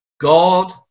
God